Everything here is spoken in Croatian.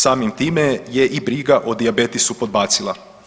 Samim time je i briga o dijabetesu podbacila.